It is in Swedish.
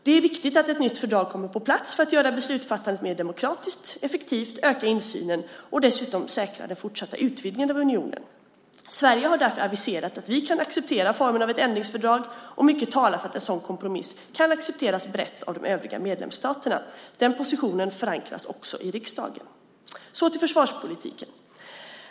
Det är viktigt att ett nytt fördrag kommer på plats för att göra beslutsfattandet mer demokratiskt och effektivt, öka insynen och dessutom säkra den fortsatta utvidgningen av unionen. Sverige har därför aviserat att vi kan acceptera formen av ett ändringsfördrag, och mycket talar för att en sådan kompromiss kan accepteras brett av de övriga medlemsstaterna. Den positionen förankras också i riksdagen. Så till försvarspolitiken.